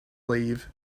leave